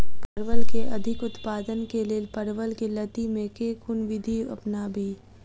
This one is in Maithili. परवल केँ अधिक उत्पादन केँ लेल परवल केँ लती मे केँ कुन विधि अपनाबी?